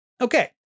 Okay